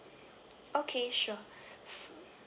okay sure